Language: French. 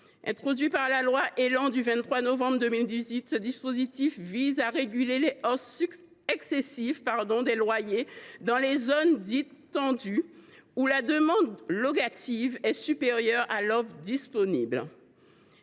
Introduit par la loi Élan du 23 novembre 2018, ce dispositif vise à réguler les hausses excessives de loyer dans les zones dites tendues, où la demande locative est supérieure à l’offre disponible.